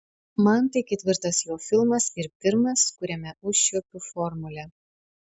man tai ketvirtas jo filmas ir pirmas kuriame užčiuopiu formulę